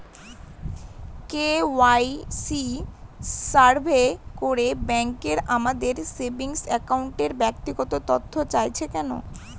KYC survey করে bank আমাদের saving অ্যাকাউন্টের ব্যক্তিগত তথ্য চাইছে কেন?